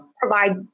provide